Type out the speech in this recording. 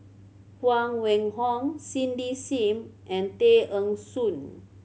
Huang Wenhong Cindy Sim and Tay Eng Soon